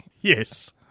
Yes